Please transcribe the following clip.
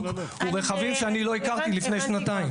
הוא רכבים שאני לא הכרתי לפני שנתיים.